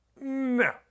no